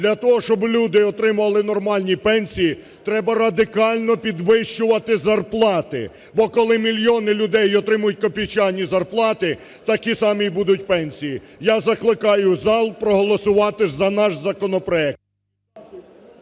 Для того, щоб люди отримували нормальні пенсії, треба радикально підвищувати зарплати, бо коли мільйони людей отримують копійчані зарплати, такі самі будуть пенсії. Я закликаю зал проголосувати за наш законопроект.